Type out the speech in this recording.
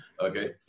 okay